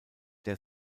der